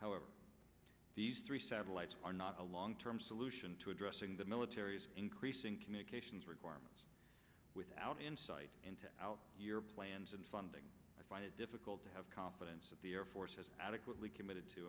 however these three satellites are not a long term solution to addressing the military's increasing communications requirements without insight into out your plan funding i find it difficult to have confidence that the air force has adequately committed to